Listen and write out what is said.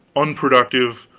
unproductive,